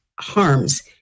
harms